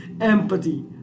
empathy